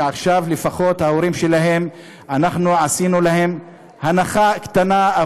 ועכשיו לפחות להורים שלהם עשינו הנחה קטנה,